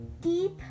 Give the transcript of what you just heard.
deep